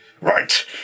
Right